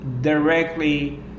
directly